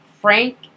Frank